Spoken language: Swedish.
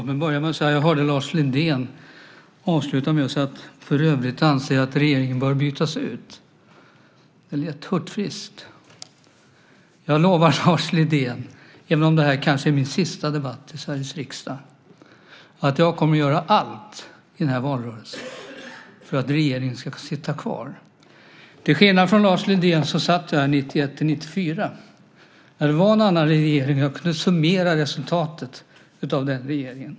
Herr talman! Lars Lindén avslutade sitt anförande med att säga: För övrigt anser jag att regeringen bör bytas ut. Det lät hurtfriskt! Jag lovar Lars Lindén, även om detta kanske är min sista debatt i Sveriges riksdag, att jag kommer att göra allt i den här valrörelsen för att regeringen ska få sitta kvar. Till skillnad från Lars Lindén satt jag här 1991-1994, då det var en annan regering, och jag kan summera resultatet av den regeringen.